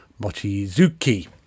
Mochizuki